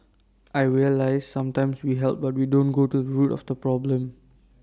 I realised sometimes we help but we don't go to root of the problem